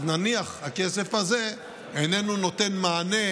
אז נניח הכסף הזה איננו נותן מענה